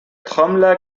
trommler